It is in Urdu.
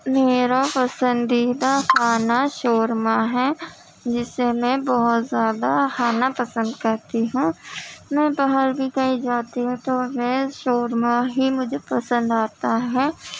میرا پسندیدہ کھانا شورمہ ہے جسے میں بہت زیادہ کھانا پسند کرتی ہوں میں باہر بھی کہیں جاتی ہوں تو میں شورمہ ہی مجھے پسند آتا ہے